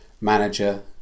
manager